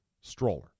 stroller